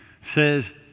says